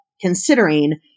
considering